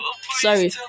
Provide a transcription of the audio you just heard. sorry